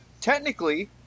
Technically